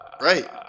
Right